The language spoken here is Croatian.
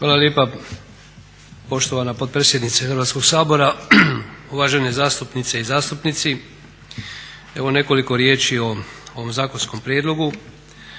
Hvala lijepa poštovana potpredsjednice Hrvatskog sabora, uvaženi zastupnice i zastupnici evo nekoliko riječi o ovom zakonskom prijedlogu.